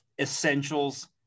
essentials